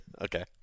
Okay